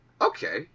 okay